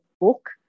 book